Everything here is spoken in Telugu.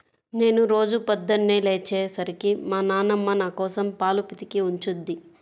నేను రోజూ పొద్దన్నే లేచే సరికి మా నాన్నమ్మ నాకోసం పాలు పితికి ఉంచుద్ది